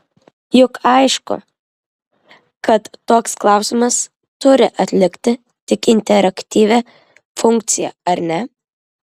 juk aišku kad toks klausimas turi atlikti tik interaktyvią funkciją ar ne